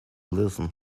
listen